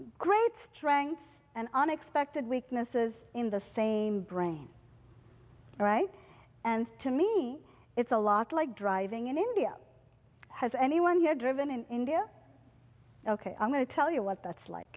great strengths and unexpected weaknesses in the same brain right and to me it's a lot like driving in india has anyone who had driven in india ok i'm going to tell you what that's like